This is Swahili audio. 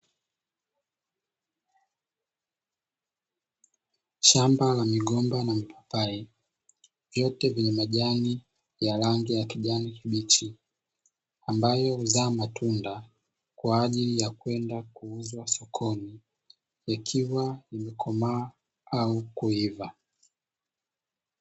Shamba la migomba na mipapai, vyote vyenye majani ya rangi ya kijani kibichi. Ambayo huzaa matunda kwa ajili ya kwenda kuuza sokoni, ikiwa imekomaa au kuiva.